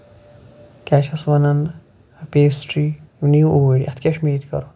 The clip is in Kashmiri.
کیاہ چھُ وَنان پیسٹری یہِ نِیو اوٗرۍ اَتھ کیاہ چھُ مےٚ ییٚتہِ کَرُن